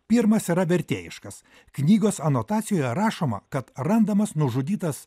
pirmas yra vertėjiškas knygos anotacijoje rašoma kad randamas nužudytas